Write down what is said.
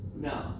No